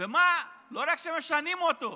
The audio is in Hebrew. ולא רק שמשנים אותו,